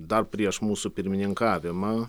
dar prieš mūsų pirmininkavimą